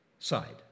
side